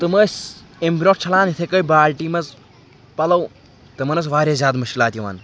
تِم ٲسۍ اَمہِ برٛونٛٹھ چھلان یِتھٕے کٔنۍ بالٹی منٛز پَلو تِمَن ٲس واریاہ زیادٕ مُشکِلات یِوان